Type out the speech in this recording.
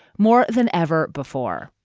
more than ever before.